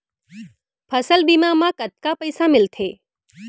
फसल बीमा म कतका पइसा मिलथे?